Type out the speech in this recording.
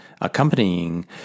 accompanying